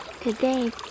Today